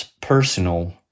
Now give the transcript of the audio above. personal